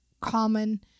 common